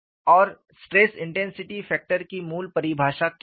और stress intensity factor की मूल परिभाषा क्या है